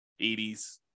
80s